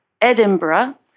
Edinburgh